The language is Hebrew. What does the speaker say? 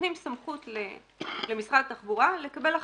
נותנים סמכות למשרד התחבורה לקבל החלטות,